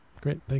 Great